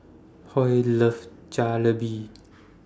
Hoy loves Jalebi